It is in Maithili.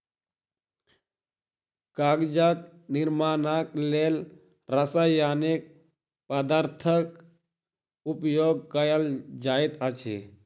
कागजक निर्माणक लेल रासायनिक पदार्थक उपयोग कयल जाइत अछि